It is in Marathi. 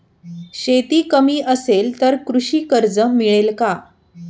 शेती कमी असेल तर कृषी कर्ज मिळेल का?